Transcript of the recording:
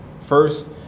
first